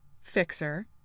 Fixer